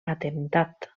atemptat